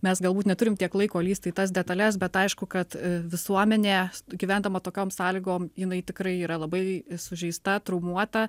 mes galbūt neturim tiek laiko lįst į tas detales bet aišku kad visuomenė gyvendama tokiom sąlygom jinai tikrai yra labai sužeista traumuota